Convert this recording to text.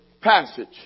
passage